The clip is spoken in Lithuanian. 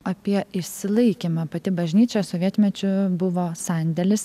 apie išsilaikymą pati bažnyčia sovietmečiu buvo sandėlis